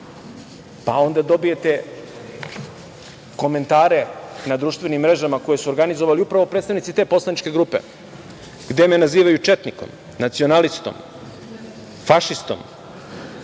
Pa, onda dobijete komentare na društvenim mrežama koje su organizovali upravo predstavnici te poslaničke grupe, gde me nazivaju četnikom, nacionalistom, fašistom,